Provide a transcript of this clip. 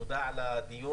תודה על הדיון,